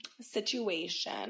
situation